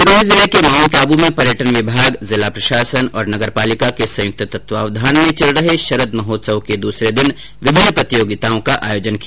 सिरोही जिले के माउंटआबू में पर्यटन विभाग जिला प्रशासन और नगरपालिका के संयुक्त तत्वावधान में चल रहे शरद महोत्सव के दूसरे दिन विभिन्न प्रतियोगिताओं का आयोजन किया